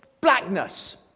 blackness